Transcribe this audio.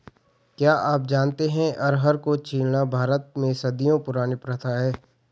क्या आप जानते है अरहर को छीलना भारत में सदियों पुरानी प्रथा है?